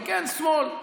אבל כן, שמאל.